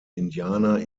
indianer